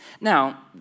Now